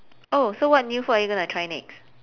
oh so what new food are you going to try next